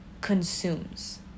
consumes